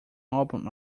album